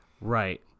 Right